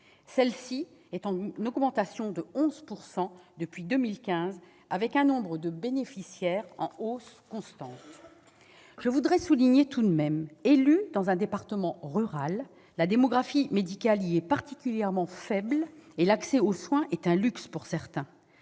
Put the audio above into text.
Cette dernière a progressé de 11 % depuis 2015, avec un nombre de bénéficiaires en hausse constante. Je voudrais souligner tout de même, en tant qu'élue d'un département rural où la démographie médicale est particulièrement faible, que l'accès aux soins est un luxe pour certains.